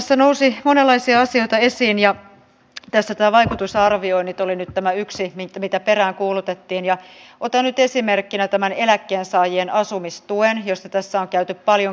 tässä nousi monenlaisia asioita esiin ja nämä vaikutusarvioinnit olivat nyt yksi mitä peräänkuulutettiin ja otan nyt esimerkkinä tämän eläkkeensaajien asumistuen josta tässä on käyty paljon keskusteluja